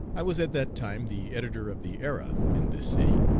i was at that time the editor of the era in this city,